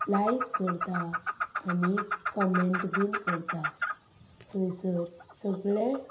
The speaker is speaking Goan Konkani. लायक करता आनी कमेंट बीन करतां थंयसर सगळें